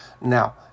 Now